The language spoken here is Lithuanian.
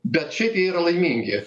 bet šitie yra laimingi